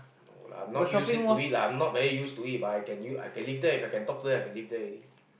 no lah I'm not used it to it lah I'm not very used to it but I can use I can live there If I can talk to them I can live there already